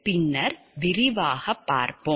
பின்னர் விரிவாகப் பார்ப்போம்